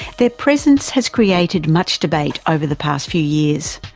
their presence has created much debate over the past few years.